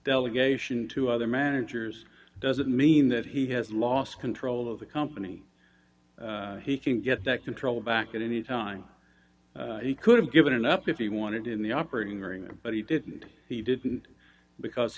delegation to other managers doesn't mean that he has lost control of the company he can get that control back at any time he could have given it up if he wanted in the operating room but he didn't he didn't because